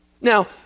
Now